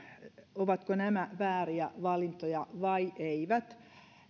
ovatko nämä vääriä valintoja vai eivät